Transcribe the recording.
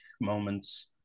moments